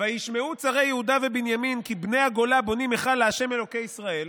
"וישמעו צרי יהודה ובנימן כי בני הגולה בונים היכל לשם אלהי ישראל,